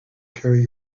carry